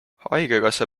haigekassa